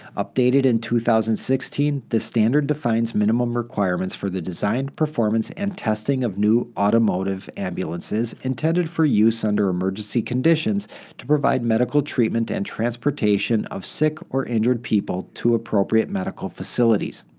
updated in two thousand and sixteen, this standard defines minimum requirements for the design, performance, and testing of new automotive ambulances intended for use under emergency condition to provide medical treatment and transportation of sick or injured people to appropriate medical facilities.